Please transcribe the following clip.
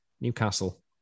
Newcastle